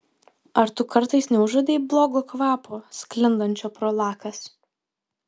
ar tu kartais neužuodei blogo kvapo sklindančio pro lakas